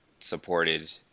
supported